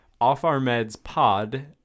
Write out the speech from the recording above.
offourmedspod